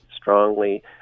strongly